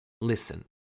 listen